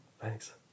Thanks